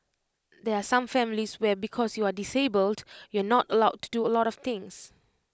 there are some families where because you are disabled you are not allowed to do A lot of things